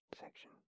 section